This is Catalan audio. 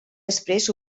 després